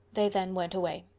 they then went away.